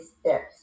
steps